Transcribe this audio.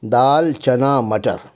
دال چنا مٹر